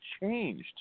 changed